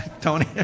Tony